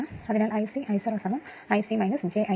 അതിനാൽ I c I0 I c j I m